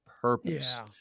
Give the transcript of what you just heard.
purpose